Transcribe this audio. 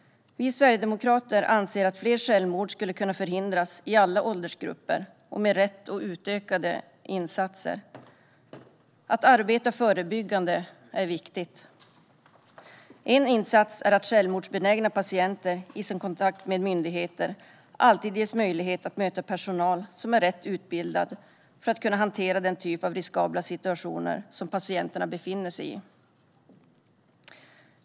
Vi sverigedemokrater anser att fler självmord skulle kunna förhindras i alla åldersgrupper med rätt insatser och utökade sådana. Att arbeta förebyggande är viktigt. En insats är att självmordsbenägna patienter i kontakten med myndigheter alltid ges möjlighet att möta personal som är rätt utbildad för att kunna hantera den typ av riskabla situationer som patienterna befinner sig i.